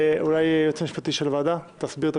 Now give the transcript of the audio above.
היועץ המשפטי של הוועדה, אולי תסביר?